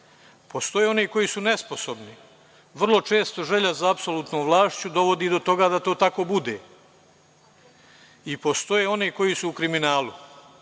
Postoje oni koji su nesposobni. Vrlo često želja za apsolutnom vlašću dovodi do toga da to tako bude i postoje oni koji su u kriminalu.